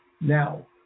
Now